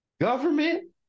government